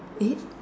eight